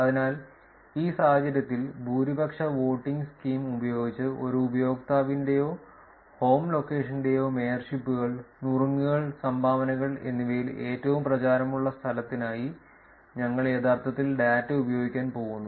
അതിനാൽ ഈ സാഹചര്യത്തിൽ ഭൂരിപക്ഷ വോട്ടിംഗ് സ്കീം ഉപയോഗിച്ച് ഒരു ഉപയോക്താവിന്റെയോ ഹോം ലൊക്കേഷന്റെയോ മേയർഷിപ്പുകൾ നുറുങ്ങുകൾ സംഭാവനകൾ എന്നിവയിൽ ഏറ്റവും പ്രചാരമുള്ള സ്ഥലത്തിനായി ഞങ്ങൾ യഥാർത്ഥത്തിൽ ഡാറ്റ ഉപയോഗിക്കാൻ പോകുന്നു